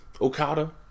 Okada